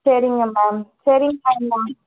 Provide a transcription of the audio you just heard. சரிங்க மேம் சரி மேம்